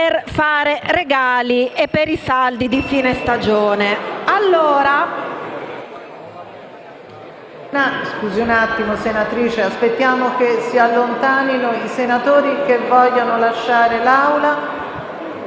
per fare regali e per i saldi di fine stagione!